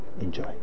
Enjoy